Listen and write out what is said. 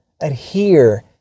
adhere